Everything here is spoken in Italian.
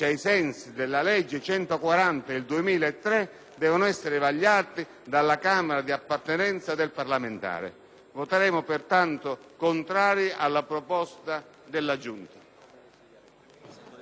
devono essere vagliati dalla Camera di appartenenza del parlamentare. Voteremo pertanto contro la proposta della Giunta.